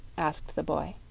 asked the boy.